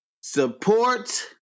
support